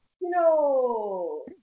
no